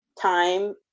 time